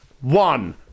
One